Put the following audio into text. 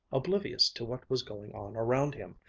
oblivious to what was going on around him,